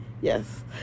yes